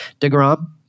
DeGrom